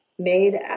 made